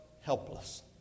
helpless